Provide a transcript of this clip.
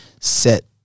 set